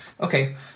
Okay